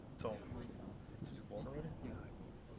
so did you vote already? yeah, i voted.